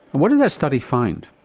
and what did that study find?